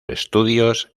estudios